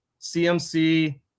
CMC